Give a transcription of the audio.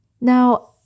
Now